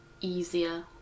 easier